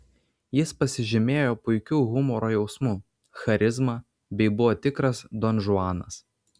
jis pasižymėjo puikiu humoro jausmu charizma bei buvo tikras donžuanas